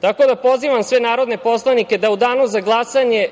tako da pozivam sve narodne poslanike da u Danu za glasanje